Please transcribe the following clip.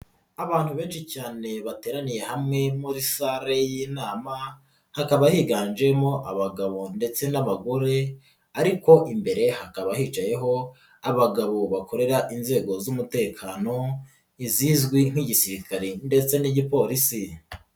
Abantu benshi cyane bateraniye hamwe muri sale y'inama hakaba higanjemo abagabo ndetse n'abagore ariko imbere hakaba hicayeho abagabo bakorera inzego z'umutekano izizwi nk'igisirikare ndetse n'igipolisi.